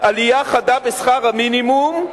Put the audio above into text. עלייה חדה בשכר המינימום,